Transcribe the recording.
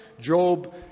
Job